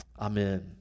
Amen